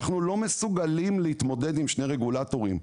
אנחנו לא מסוגלים להתמודד עם שני רגולטורים,